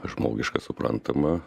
žmogiška suprantama